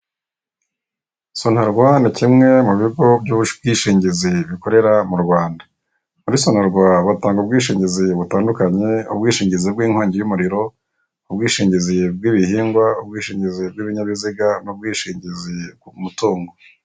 Sonarwa ni kimwe mu bigo by'ubwishingizi bikorera mu Rwanda. Muri sonarwa batanga ubwishingizi butandukanye ubwishingizi bw'inkongi y'umuriro, ubwishingizi bw'ibihingwa, ubwishingizi bw'ibinyabiziga n'ubwishingizi ku mutungo.